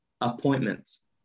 appointments